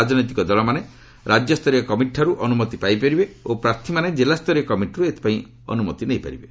ରାଜନୈତିକ ଦଳମାନେ ରାଜ୍ୟସ୍ତରୀୟ କମିଟିଠାରୁ ଅନୁମତି ପାଇପାରିବେ ଓ ପ୍ରାର୍ଥୀମାନେ କିଲ୍ଲାସରୀୟ କମିଟିରୁ ଏଥିପାଇଁ ଅନୁମତି ପାଇପାରିବେ